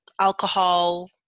alcohol